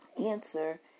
answer